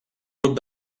grup